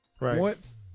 Right